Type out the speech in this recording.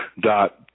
dot